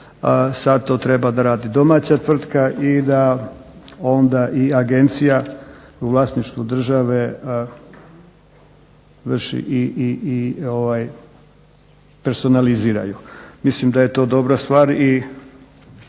sad to treba raditi domaća tvrtka i da onda i agencija u vlasništvu države vrši i personalizira ju. Mislim da je to dobra stvar i